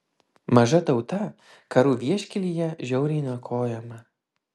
maža tauta karų vieškelyje žiauriai niokojama